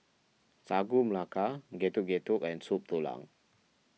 Sagu Melaka Getuk Getuk and Soup Tulang